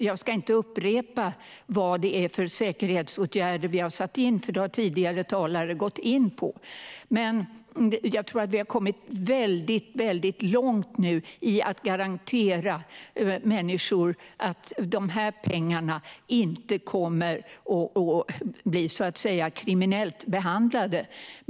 Jag ska inte upprepa vad det är för säkerhetsåtgärder som vi har satt in, för det har tidigare talare gått in på, men jag tror att vi har kommit väldigt långt nu i att garantera människor att de här pengarna inte kommer att bli så att säga kriminellt behandlade.